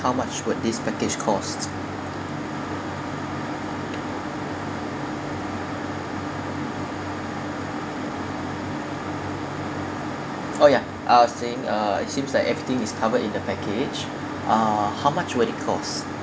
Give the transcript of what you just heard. how much would this package cost oh ya oh ya I was saying uh it seems like everything is covered in the package uh how much would it cost